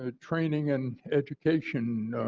ah training and education